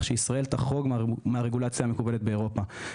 שישראל תחרוג מהרגולציה המקובלת באירופה.